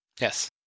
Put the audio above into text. Yes